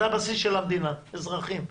זה הבסיס של המדינה, אזרחים.